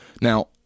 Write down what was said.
Now